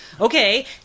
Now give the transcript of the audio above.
okay